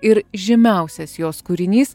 ir žymiausias jos kūrinys